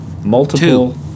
multiple